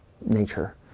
nature